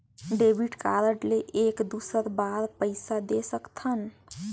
Debit card ले एक दुसर बार पइसा दे सकथन?